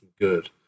good